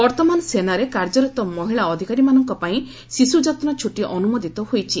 ବର୍ତ୍ତମାନ ସେନାରେ କାର୍ଯ୍ୟରତ ମହିଳା ଅଧିକାରୀମାନଙ୍କ ପାଇଁ ଶିଶୁ ଯତ୍ନ ଛୁଟି ଅନୁମୋଦିତ ହୋଇଛି